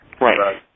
Right